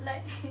like